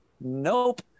Nope